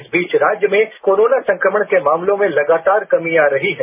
इस बीच राज्य में कोरोना संक्रमण के मामलों में लगातार कमी आ रही है